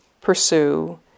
pursue